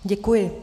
Děkuji.